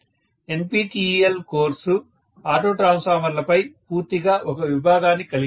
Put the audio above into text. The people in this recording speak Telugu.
NPTEL కోర్సు ఆటో ట్రాన్స్ఫార్మర్లపై పూర్తిగా ఒక విభాగాన్ని కలిగి ఉంది